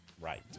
right